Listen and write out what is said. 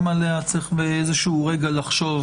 גם עליה צריך באיזשהו רגע לחשוב.